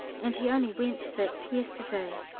and he only went sick yesterday.